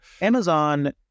amazon